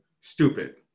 stupid